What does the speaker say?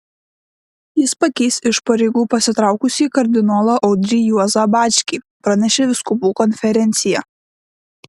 jis pakeis iš pareigų pasitraukusį kardinolą audrį juozą bačkį pranešė vyskupų konferencija